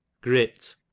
Grit